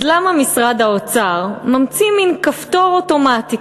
אז למה משרד האוצר ממציא מין כפתור אוטומטי